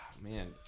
man